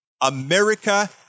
America